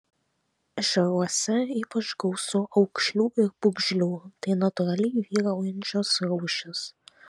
ežeruose ypač gausu aukšlių ir pūgžlių tai natūraliai vyraujančios rūšys